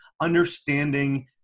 understanding